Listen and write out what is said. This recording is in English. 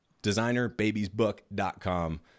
designerbabiesbook.com